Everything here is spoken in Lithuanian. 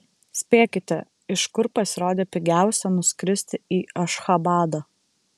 spėkite iš kur pasirodė pigiausia nuskristi į ašchabadą